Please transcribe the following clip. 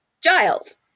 Giles